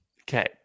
Okay